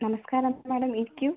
നമസ്കാരം മേഡം ഇരിക്കൂ